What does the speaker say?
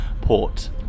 Port